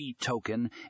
Token